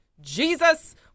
Jesus